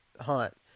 hunt